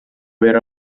aver